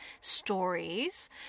stories